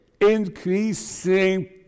increasing